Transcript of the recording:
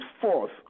forth